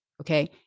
okay